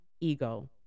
ego